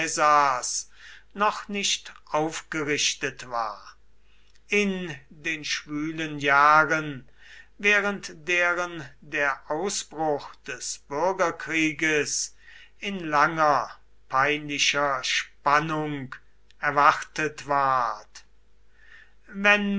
noch nicht aufgerichtet war in den schwülen jahren während deren der ausbruch des bürgerkrieges in langer peinlicher spannung erwartet ward wenn